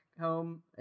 home